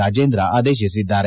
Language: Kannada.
ರಾಜೇಂದ್ರ ಆದೇತಿಸಿದ್ದಾರೆ